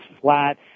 flat